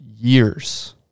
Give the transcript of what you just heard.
years